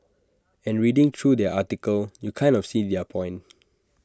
and reading through their article you kind of see their point